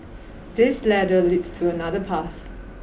this ladder leads to another path